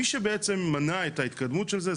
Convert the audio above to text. מי שמנע את ההתקדמות של זה,